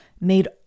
made